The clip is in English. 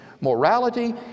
Morality